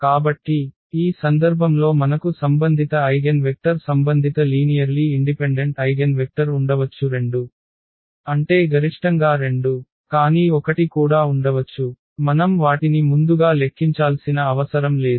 కాబట్టి ఈ సందర్భంలో మనకు సంబంధిత ఐగెన్వెక్టర్ సంబంధిత లీనియర్లీ ఇండిపెండెంట్ ఐగెన్వెక్టర్ ఉండవచ్చు 2 అంటే గరిష్టంగా 2 కానీ 1 కూడా ఉండవచ్చు మనం వాటిని ముందుగా లెక్కించాల్సిన అవసరం లేదు